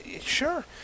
Sure